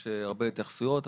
יש הרבה התייחסויות,